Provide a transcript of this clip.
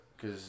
cause